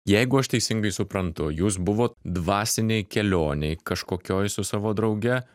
jeigu aš teisingai suprantu jūs buvot dvasinėj kelionėj kažkokioj su savo drauge